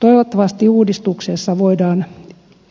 toivottavasti uudistuksessa voidaan